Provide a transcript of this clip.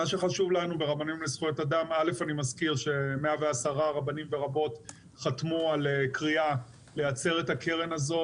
ברבנים לזכויות אדם 110 רבנים ורבות חתמו על קריאה לייצר את הקרן הזו.